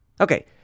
Okay